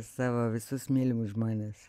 savo visus mylimus žmones